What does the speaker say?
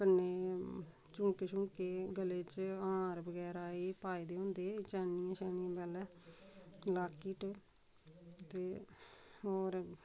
कन्नै झुमके छुमके गले च हार बगैरा एह् पाए दे होंदे चैन्नियां छैन्नियां पैह्लै लाकेट ते होर